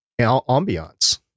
ambiance